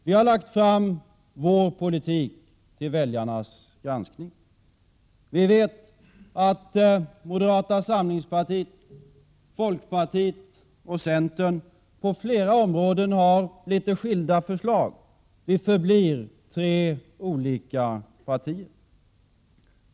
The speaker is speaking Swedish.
Vi har lagt fram vår politik för väljarnas granskning. Moderata samlingspartiet, folkpartiet och centern har på flera områden litet skilda förslag — vi förblir tre olika partier.